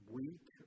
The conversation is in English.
weak